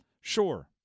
Sure